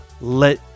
let